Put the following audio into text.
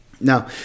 Now